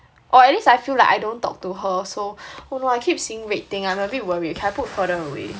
or at least I feel like I don't talk to her so omo I keep seeing red thing I'm a bit worried okay I put further away